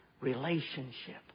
relationship